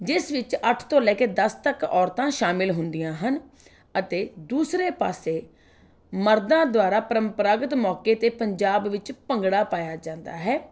ਜਿਸ ਵਿੱਚ ਅੱਠ ਤੋਂ ਲੈ ਕੇ ਦੱਸ ਤੱਕ ਔਰਤਾਂ ਸ਼ਾਮਿਲ ਹੁੰਦੀਆਂ ਹਨ ਅਤੇ ਦੂਸਰੇ ਪਾਸੇ ਮਰਦਾਂ ਦੁਆਰਾ ਪਰੰਪਰਾਗਤ ਮੌਕੇ 'ਤੇ ਪੰਜਾਬ ਵਿੱਚ ਭੰਗੜਾ ਪਾਇਆ ਜਾਂਦਾ ਹੈ